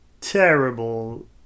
terrible